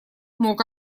мог